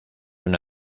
una